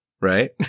Right